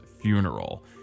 funeral